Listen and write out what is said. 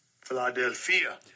Philadelphia